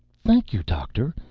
thank you, doctor.